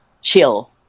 chill